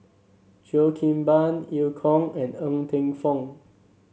Cheo Kim Ban Eu Kong and Ng Teng Fong